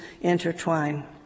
intertwine